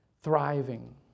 thriving